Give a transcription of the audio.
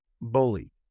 bully